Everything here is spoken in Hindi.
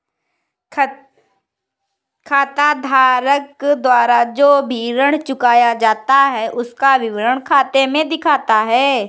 खाताधारक द्वारा जो भी ऋण चुकाया जाता है उसका विवरण खाते में दिखता है